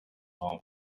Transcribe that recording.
home